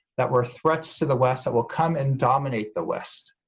that were threats to the west, that we'll come and dominate the west